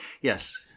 Yes